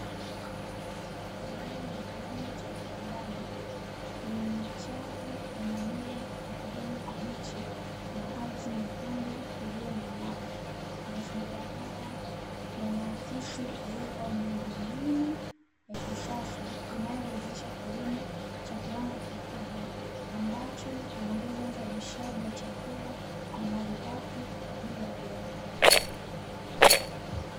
Eneo la kilimo cha kiwandani lenye chafu na mimea ya kijani kibichi na ardhi nyekundu iliyo na mawe, mazingira haya yanahakisi uwepo wa muundo mbinu ya kisasa inayowezesha kilimo cha kiwango kikubwa, ambacho huongeza uzalishaji wa chakula na malighafi kwa ajili ya viwanda .